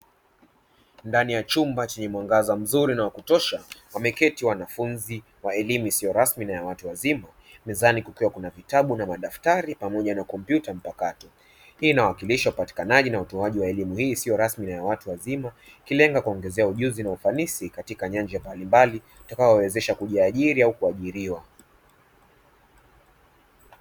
Ndani ya chumba chenye mwangaza mzuri na wa kutosha, wameketi wanafunzi wa elimu isiyo rasmi ya watu wazima, mezani kukiwa na vitabu, madaftari, pamoja na kompyuta; hili linaashiria upatikanaji na utoaji wa elimu isiyo rasmi kwa watu wazima, ikilenga kuongeza ujuzi na ufanisi katika nyanja mbalimbali, itakayowawezesha kujiajiri au kuajiriwa.